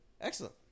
Excellent